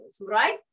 right